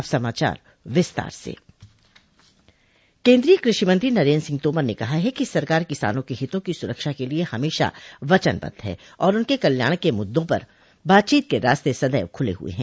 अब समाचार विस्तार से केन्द्रीय कृषि मंत्री नरेन्द्र सिंह तोमर ने कहा है कि सरकार किसानों के हितों की सुरक्षा के लिए हमेशा वचनबद्ध है और उनके कल्याण के मुद्दों पर बातचीत के रास्ते सदैव खुले हुए हैं